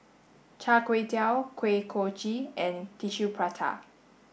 Char Kway Teow Kuih Kochi and tissue Prata